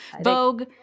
Vogue